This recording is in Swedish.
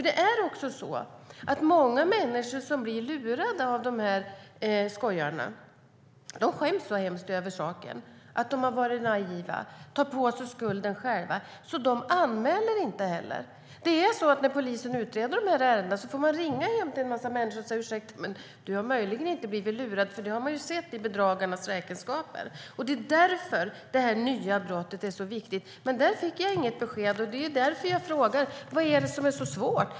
Det är också så att många människor som blir lurade av de här skojarna skäms så hemskt över att de varit naiva att de tar på sig skulden själva och inte anmäler brottet. När polisen utreder de här ärendena får man ringa hem till en massa människor som det hänvisas till i bedragarnas räkenskaper och fråga: Ursäkta, men du har möjligen inte blivit lurad? Det är därför det här nya brottet är så viktigt. Men där fick jag inget besked, och det är därför jag frågar: Vad är det som är så svårt?